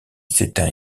s’éteint